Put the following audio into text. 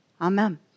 Amen